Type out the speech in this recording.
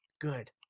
Good